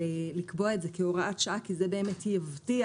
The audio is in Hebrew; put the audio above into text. לקבוע את זה כהוראת שעה כי זה באמת יבטיח